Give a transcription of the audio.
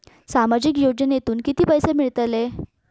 सामाजिक योजनेतून किती पैसे मिळतले?